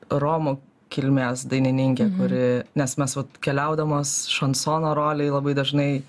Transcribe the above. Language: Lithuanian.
romų kilmės dainininkę kuri nes mes vat keliaudamas šansono rolei labai dažnai